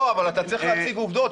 לא, אבל אתה צריך להציג עובדות.